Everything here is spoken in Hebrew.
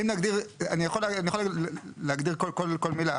אני יכול להגדיר כל מילה,